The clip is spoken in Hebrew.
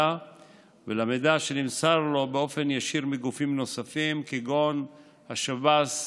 ולמידע שנמסר לו באופן ישיר מגופים נוספים כגון שב"ס,